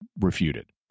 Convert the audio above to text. refuted